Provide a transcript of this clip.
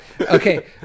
Okay